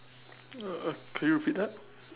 uh could you repeat that